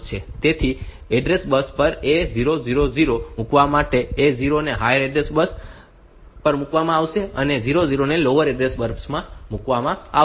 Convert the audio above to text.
તેથી address bus પર A000 મૂકવા માટે A0 ને હાયર ઓર્ડર એડ્રેસ બસ પર મૂકવામાં આવશે અને આ 00 ને લોઅર ઓર્ડર એડ્રેસ બસ પર મૂકવામાં આવશે